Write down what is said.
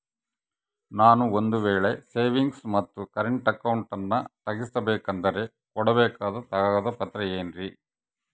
ನಾನು ಒಂದು ವೇಳೆ ಸೇವಿಂಗ್ಸ್ ಮತ್ತ ಕರೆಂಟ್ ಅಕೌಂಟನ್ನ ತೆಗಿಸಬೇಕಂದರ ಕೊಡಬೇಕಾದ ಕಾಗದ ಪತ್ರ ಏನ್ರಿ?